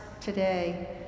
today